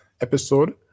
episode